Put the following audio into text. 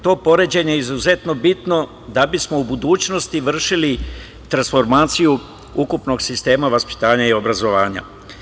To poređenje je izuzetno bitno da bismo u budućnosti vršili transformaciju ukupnog sistema vaspitanja i obrazovanja.